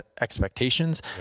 expectations